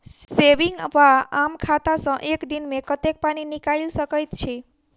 Saving वा आम खाता सँ एक दिनमे कतेक पानि निकाइल सकैत छी?